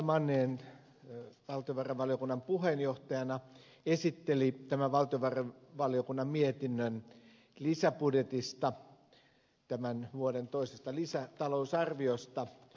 manninen valtiovarainvaliokunnan puheenjohtajana esitteli tämän valtiovarainvaliokunnan mietinnön lisäbudjetista tämän vuoden toisesta lisätalousarviosta